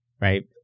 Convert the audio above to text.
right